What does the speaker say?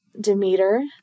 Demeter